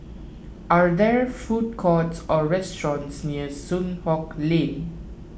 are there food courts or restaurants near Soon Hock Lane